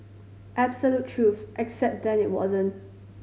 absolute truth except then it wasn't